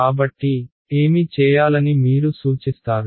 కాబట్టి ఏమి చేయాలని మీరు సూచిస్తారు